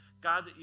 God